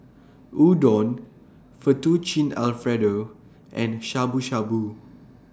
Udon Fettuccine Alfredo and Shabu Shabu